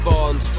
Bond